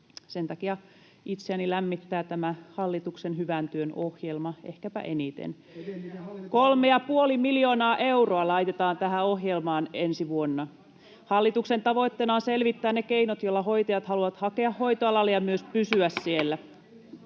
Sen takia itseäni lämmittää tämä hallituksen hyvän työn ohjelma ehkäpä eniten. [Aki Lindénin välihuuto] Kolme ja puoli miljoonaa euroa laitetaan tähän ohjelmaan ensi vuonna. Hallituksen tavoitteena on selvittää ne keinot, joiden ansiosta hoitajat haluavat hakea hoitoalalle ja myös pysyä siellä.